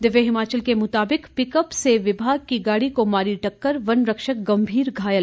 दिव्य हिमाचल के मुताबिक पिकअप से विभाग की गाड़ी को मारी टक्कर वनरक्षक गंभीर घायल